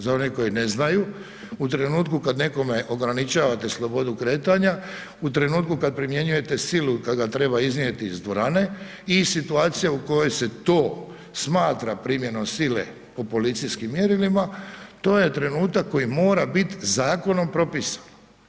Za one koji ne znaju, u trenutku kad nekome ograničavate slobodu kretanja, u trenutku kad primjenjujete silu kad ga treba iznijeti iz dvorane i situacija u kojoj se to smatra primjenom sile po policijskim mjerilima, to je trenutak koji moram biti zakonom propisan.